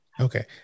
Okay